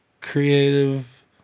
creative